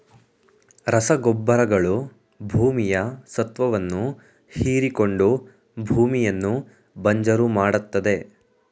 ರಸಗೊಬ್ಬರಗಳು ಭೂಮಿಯ ಸತ್ವವನ್ನು ಹೀರಿಕೊಂಡು ಭೂಮಿಯನ್ನು ಬಂಜರು ಮಾಡತ್ತದೆ